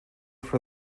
for